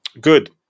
Good